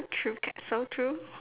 true that's so true